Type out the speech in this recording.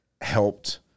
helped